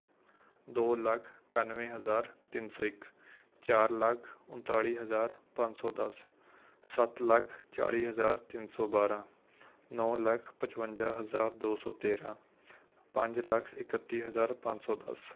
ਦੋ ਲੱਖ ਇਕਾਨਵੇਂ ਹਜ਼ਾਰ ਤਿੰਨ ਸੌ ਇੱਕ ਚਾਰ ਲੱਖ ਉਨਤਾਲੀ ਹਜ਼ਾਰ ਪੰਜ ਸੌ ਦਸ ਸੱਤ ਲੱਖ ਚਾਲੀ ਹਜ਼ਾਰ ਤਿੰਨ ਸੌ ਬਾਰਾਂ ਨੌ ਲੱਖ ਪਚਵੰਜਾ ਹਜ਼ਾਰ ਦੋ ਸੌ ਤੇਰਾਂ ਪੰਜ ਲੱਖ ਇਕੱਤੀ ਹਜ਼ਾਰ ਪੰਜ ਸੌ ਦਸ